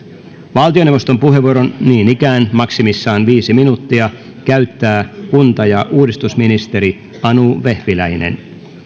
valtioneuvoston puheenvuoron niin ikään maksimissaan viisi minuuttia käyttää kunta ja uudistusministeri anu vehviläinen